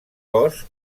cos